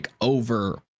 Over